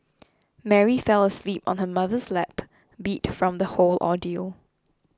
Mary fell asleep on her mother's lap beat from the whole ordeal